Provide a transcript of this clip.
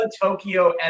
Tokyo